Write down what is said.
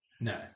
No